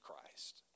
Christ